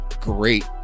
great